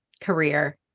career